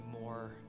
more